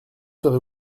serez